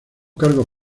cargos